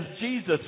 Jesus